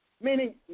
meaning